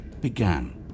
began